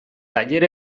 tailer